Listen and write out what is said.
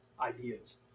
ideas